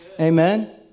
Amen